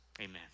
Amen